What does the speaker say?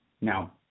Now